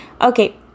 Okay